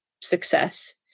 success